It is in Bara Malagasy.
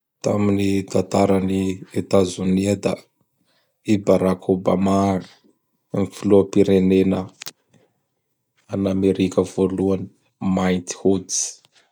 Tamin'ny tataran'i Etazonia da i Barack Obama gny Filoham-pirenena an'Anamerika voloany mainty hoditsy.